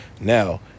Now